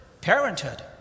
Parenthood